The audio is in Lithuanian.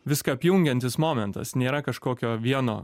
viską apjungiantis momentas nėra kažkokio vieno